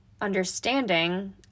understanding